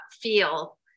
feel